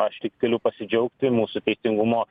aš tik galiu pasidžiaugti mūsų teisingumo